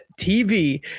TV